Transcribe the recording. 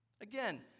Again